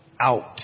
out